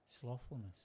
slothfulness